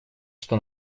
что